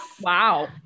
Wow